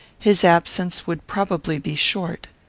his absence would probably be short.